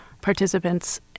participants